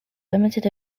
limited